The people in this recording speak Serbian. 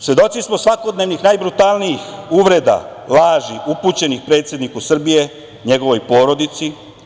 Svedoci smo svakodnevnih najbrutalnijih uvreda, laži upućenih predsedniku Srbije i njegovoj porodici.